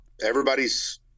Everybody's